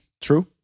True